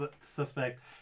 suspect